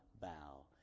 bow